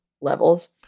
levels